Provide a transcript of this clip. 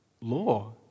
law